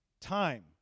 time